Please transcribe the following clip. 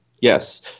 Yes